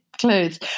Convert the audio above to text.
clothes